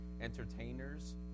entertainers